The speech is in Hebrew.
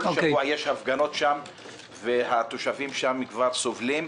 כל שבוע יש הפגנות שם והתושבים כבר סובלים.